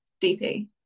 DP